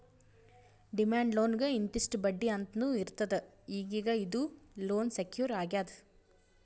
demand ಲೋನ್ಗ್ ಇಂತಿಷ್ಟ್ ಬಡ್ಡಿ ಅಂತ್ನೂ ಇರ್ತದ್ ಈಗೀಗ ಇದು ಲೋನ್ ಸೆಕ್ಯೂರ್ ಆಗ್ಯಾದ್